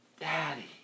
Daddy